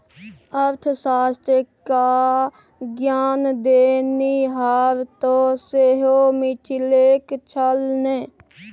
अर्थशास्त्र क ज्ञान देनिहार तँ सेहो मिथिलेक छल ने